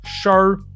show